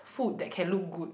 food that can look good